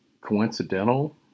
coincidental